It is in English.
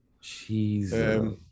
Jesus